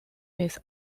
his